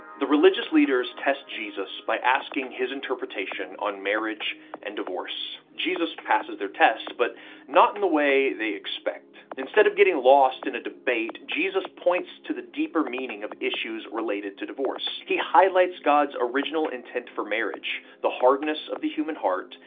the religious leaders test jesus by asking his interpretation on marriage and divorce. jesus passes their test, but not in the way they expect. instead of getting lost in a debate, jesus points to the deeper meaning of issues related to divorce. he highlights god's original intent for marriage, the hardness of the human heart,